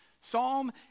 Psalm